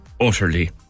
utterly